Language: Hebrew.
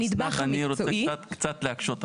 אסנת, אני רוצה קצת להקשות עלייך.